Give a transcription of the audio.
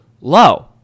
low